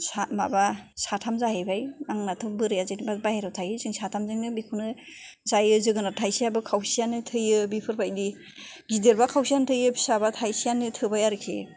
माबा साथाम जाहैबाय आंनाथ' बोरायआ जेनेबा बाहेराव थायो जों साथामजोंनो बेखौनो जायो जोगोनार थाइसेआबो खावसेआनो थोयो बेफोरबायदि गेदेरबा खावसेआनो थोयो फिसाबा थाइसेआनो थोबाय आरोखि